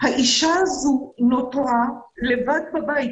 האישה הזו נותרה לבד בבית.